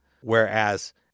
whereas